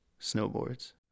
Snowboards